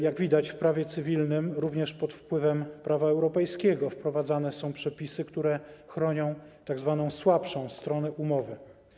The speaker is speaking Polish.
Jak widać, w prawie cywilnym również pod wpływem prawa europejskiego wprowadzane są przepisy, które chronią tzw. słabszą stronę umowy.